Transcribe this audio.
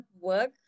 work